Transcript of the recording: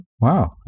wow